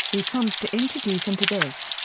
who comes to introduce into this.